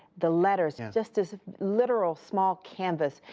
the letters, and just this literal small canvas.